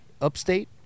upstate